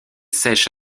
sèche